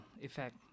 effect